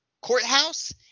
courthouse